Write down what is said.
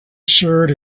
shirt